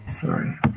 Sorry